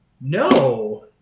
No